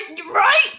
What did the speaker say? Right